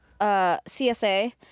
CSA